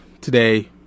today